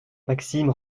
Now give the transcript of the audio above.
maxime